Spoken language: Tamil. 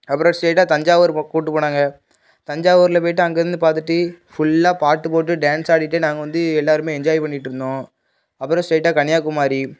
அப்புறம் ஸ்ட்ரெயிட்டாக தஞ்சாவூர் கூப்ட்டு போனாங்க தஞ்சாவூரில் போய்ட்டு அங்கே இருந்து பார்த்துட்டு ஃபுல்லாக பாட்டு போட்டு டான்ஸ் ஆடிட்டு நாங்கள் வந்து எல்லோருமே என்ஜாய் பண்ணிட்டு இருந்தோம் அப்புறம் ஸ்ட்ரெயிட்டாக கன்னியாகுமாரி